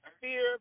fear